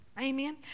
Amen